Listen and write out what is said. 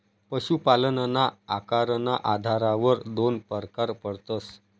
पशुपालनना आकारना आधारवर दोन परकार पडतस